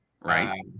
right